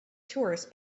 tourists